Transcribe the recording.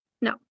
No